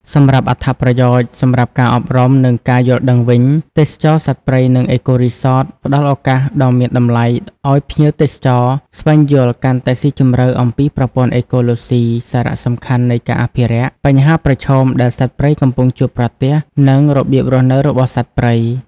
សម្រាប់់អត្ថប្រយោជន៍សម្រាប់ការអប់រំ និងការយល់ដឹងវិញ ទេសចរណ៍សត្វព្រៃ និង អេកូរីសត ផ្ដល់ឱកាសដ៏មានតម្លៃឱ្យភ្ញៀវទេសចរស្វែងយល់កាន់តែស៊ីជម្រៅអំពីប្រព័ន្ធអេកូឡូស៊ី សារៈសំខាន់នៃការអភិរក្ស បញ្ហាប្រឈមដែលសត្វព្រៃកំពុងជួបប្រទះ និងរបៀបរស់នៅរបស់សត្វព្រៃ។